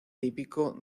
típico